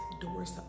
doors